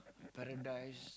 paradise